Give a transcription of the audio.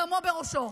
דמו בראשו.